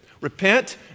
repent